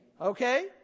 Okay